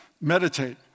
meditate